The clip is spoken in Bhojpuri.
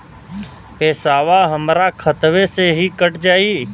पेसावा हमरा खतवे से ही कट जाई?